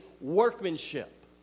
workmanship